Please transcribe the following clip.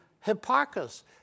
Hipparchus